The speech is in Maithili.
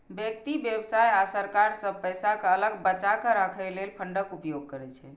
व्यक्ति, व्यवसाय आ सरकार सब पैसा कें अलग बचाके राखै लेल फंडक उपयोग करै छै